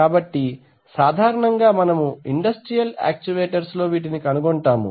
కాబట్టి సాధారణంగా గా మనము ఇండస్ట్రియల్ యాక్చువేటర్స్ లో వీటిని కనుగొంటాము